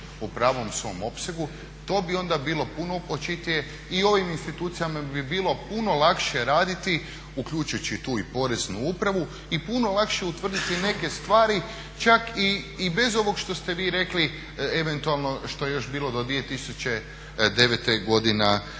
u pravom svom opsegu to bi onda bilo puno očitije i ovim institucijama bi bilo puno lakše raditi uključujući tu i poreznu upravu i puno lakše utvrditi neke stvari čak i bez ovog što ste vi rekli eventualno što je još bilo do 2009.godine